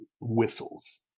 whistles